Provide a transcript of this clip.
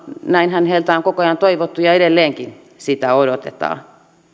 näinhän heiltä on koko ajan toivottu ja edelleenkin sitä odotetaan